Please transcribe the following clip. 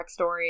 backstory